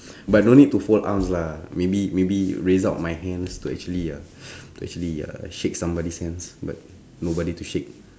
but don't need to fold arms lah maybe maybe raise up my hands to actually uh to actually uh to shake somebody's hands but got nobody to shake